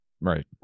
Right